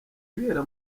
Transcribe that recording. ibera